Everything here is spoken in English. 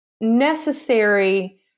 necessary